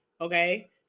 okay